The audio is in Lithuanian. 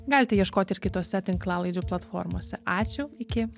galite ieškoti ir kitose tinklalaidžių platformose ačiū iki